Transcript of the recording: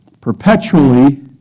perpetually